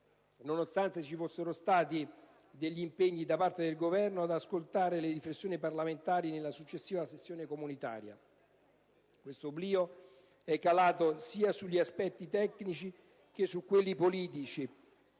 nonostante ci fossero stati degli impegni da parte del Governo ad ascoltare le riflessioni parlamentari nella successiva sessione comunitaria. Questo oblio è calato sia sugli aspetti tecnici che su quelli politici,